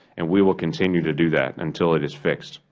and we will continue to do that until it is fixed.